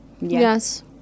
yes